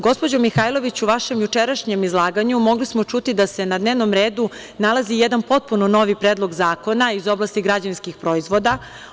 Gospođo Mihajlović, u vašem jučerašnjem izlaganju mogli smo čuti da se na dnevnom redu nalazi jedan potpuno novi predlog zakona iz oblasti građevinskih proizvoda.